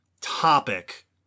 topic